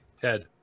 Ted